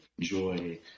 joy